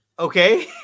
Okay